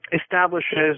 establishes